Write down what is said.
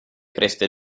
creste